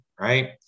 right